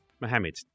Mohamed